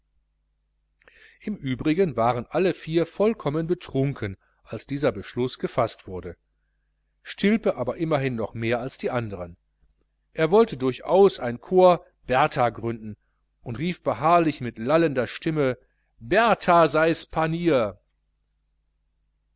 im übrigen waren alle vier vollkommen betrunken als dieser beschluß gefaßt wurde stilpe aber immerhin noch mehr als die anderen er wollte durchaus ein corps bertha gründen und rief beharrlich mit lallender stimme bertha seis panier